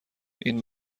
این